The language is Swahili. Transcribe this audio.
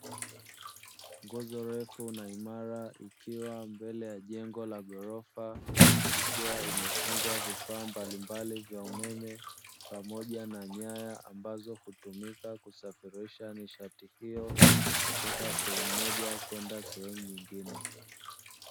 Nguzo ndefu na imara ikiwa mbele ya jengo la ghorofa ikiwa imefungwa vifaa mbalimbali vya umeme pamoja na nyaya ambazo hutumika kusafirisha nishati hiyo kutoka sehemu moja kwenda sehemu nyingine.